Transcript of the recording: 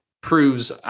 proves